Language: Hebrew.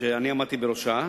שאני עמדתי בראשה.